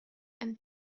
and